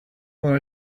wanna